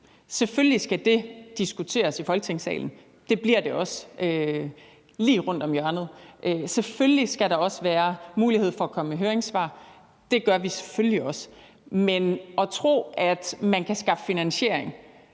Selvfølgelig skal det diskuteres i Folketingssalen. Det bliver det også lige rundt om hjørnet. Selvfølgelig skal der også være mulighed for at komme med høringssvar. Det giver vi selvfølgelig også. Men at tro, at man kan skaffe finansiering,